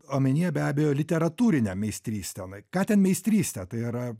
omenyje be abejo literatūrinę meistrystę ką ten meistrystę tai yra